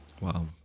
Wow